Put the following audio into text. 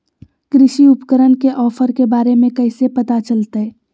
कृषि उपकरण के ऑफर के बारे में कैसे पता चलतय?